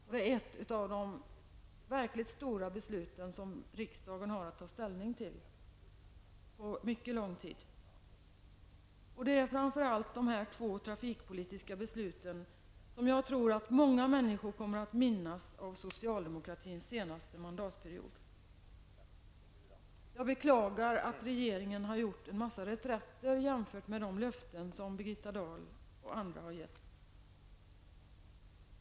Detta är ett av de största beslut som riksdagen på mycket lång tid har att ta ställning till. Jag tror att det framför allt är dessa två trafikpolitiska beslut som många människor kommer att minnas av socialdemokratins senaste mandatperiod. Jag beklagar att regeringen gjort flera reträtter från de löften som Birgitta Dahl och andra har givit.